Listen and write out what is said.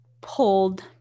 pulled